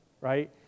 right